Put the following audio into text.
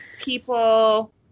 people